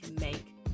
make